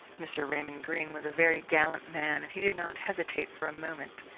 mr. raymond greene was a very gallant man, and he did not hesitate for a moment.